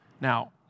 Now